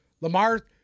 Lamar